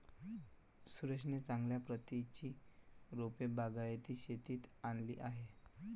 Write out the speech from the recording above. सुरेशने चांगल्या प्रतीची रोपे बागायती शेतीत आणली आहेत